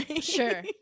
Sure